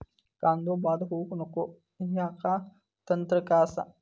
कांदो बाद होऊक नको ह्याका तंत्र काय असा?